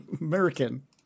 American